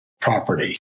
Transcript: property